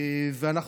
אנחנו,